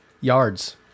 yards